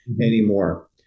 anymore